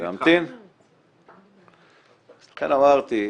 לכן אמרתי,